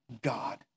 God